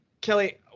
kelly